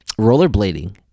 Rollerblading